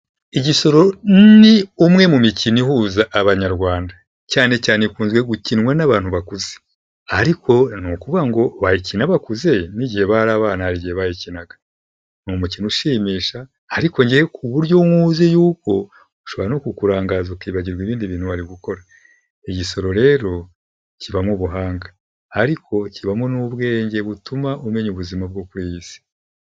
Igisoro ni umwe mu mikino ihuza Abanyarwanda. Cyane cyane ikunze gukinwa n'abantu bakuze. Ariko ni ukuvuga ngo bayikina bakuze n'igihe bari abana hari gihe bayikinaga. Ni umukino ushimisha ariko njyewe ku buryo nkuzi yuko ushobora no ku kurangaza ukibagirwa ibindi bintu wari gukora. Igisoro rero kibamo ubuhanga. Ariko kibamo n'ubwenge butuma umenya ubuzima bwo kuri iyi si.